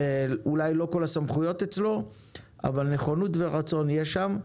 אולי לא כל הסמכויות אצלו אבל נכונות ורצון יש שם,